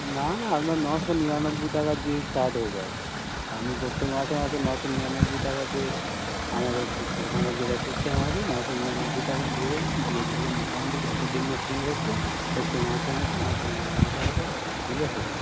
না আপনার নশো নিরানব্বই টাকা দিয়েই স্টার্ট হয়ে যাবে আর আপনি প্রত্যেক মাসে মাসে নশো নিরানব্বই টাকা দিয়ে আমাদের দোকানের যেটা সিস্টেম আছে নশো নিরানব্বই টাকা দিয়ে দেবেন দিয়ে দিলে মোটামুটি যতো দিন না ফ্রিজ হচ্ছে প্রত্যেক মাসে মাসে নশো নিরানব্বই টাকা করে দিলে হয়ে যাবে